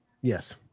Yes